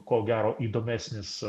ko gero įdomesnis